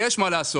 יש מה לעשות,